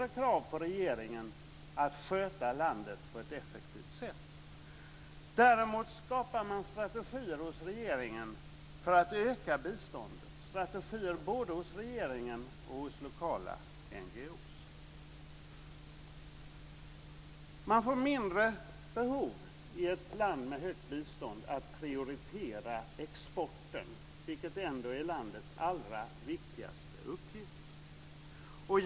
Däremot skapar man strategier både hos regeringen och hos lokala NGO:er för att öka biståndet. Man får mindre behov i ett land med högt bistånd av att prioritera exporten, vilket ändå är landets allra viktigaste uppgift.